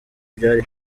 byari